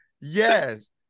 Yes